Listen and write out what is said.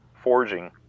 forging